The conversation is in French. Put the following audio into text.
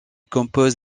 compose